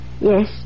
Yes